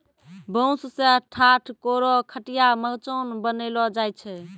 बांस सें ठाट, कोरो, खटिया, मचान बनैलो जाय छै